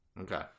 okay